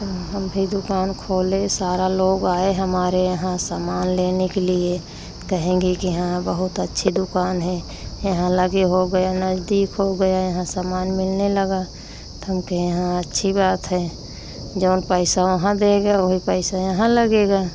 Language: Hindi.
तो हम भी दुकान खोले सारे लोग आए हमारे यहाँ सामान लेने के लिए कहेंगे कि हाँ बहुत अच्छी दुकान है यहाँ लगे हो गया नज़दीक हो गया यहाँ सामान मिलने लगा तो हम कहे हाँ अच्छी बात है जौन पैसा वहाँ देगे वही पैसा यहाँ लगेगा